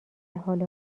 حال